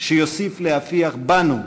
שיוסיף להפיח בנו,